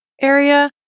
area